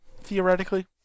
theoretically